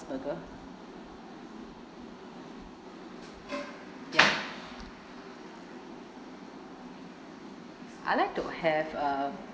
burger ya I'd like to have uh